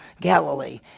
Galilee